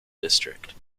district